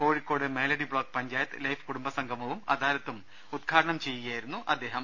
Kozhikode Meladi block panchayat life കുടുംബസംഗമവും അദാലത്തും ഉദ്ഘാടനം ചെയ്യുകയായിരുന്നു മന്ത്രി